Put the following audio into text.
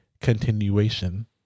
Continuation